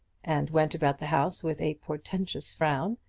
and went about the house with a portentous frown,